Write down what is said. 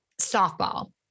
softball